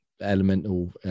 elemental